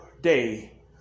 day